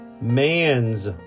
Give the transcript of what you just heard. Man's